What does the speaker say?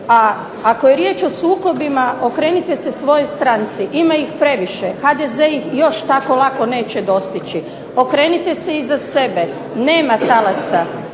A ako je riječ o sukobima, okrenite se svojoj stranci, ima ih previše. HDZ ih još tako lako neće dostići. Okrenite se iza sebe, nema talaca.